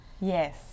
Yes